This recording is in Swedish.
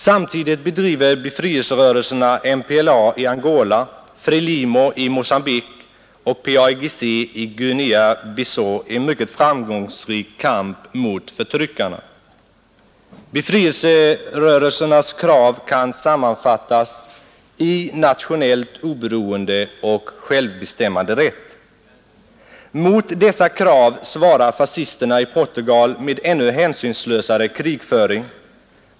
Samtidigt bedriver befrielserörelserna MPLA i Angola, FRELIMO i Mocambique och PAIGC i Guinea-Bissau en mycket framgångsrik kamp mot förtryckarna. Befrielserörelsernas krav kan sammanfattas i nationellt oberoende och självbestämmanderätt. Mot dessa krav svarar fascisterna i Portugal med ännu hänsynslösare krigföring.